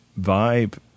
vibe